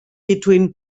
between